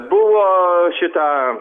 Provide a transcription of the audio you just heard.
buvo šitą